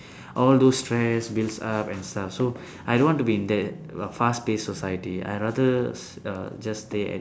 all those stress builds up and stuff so I don't want to be in that fast paced society I rather err just stay and